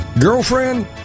Girlfriend